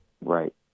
Right